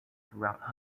throughout